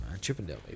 Chippendale